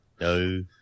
no